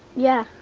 yeah.